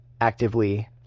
actively